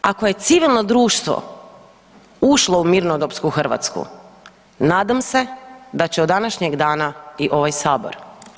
Ako je civilno društvo ušlo u mirnodopsku Hrvatsku, nadam se da će od današnjeg dana i ovaj Sabor.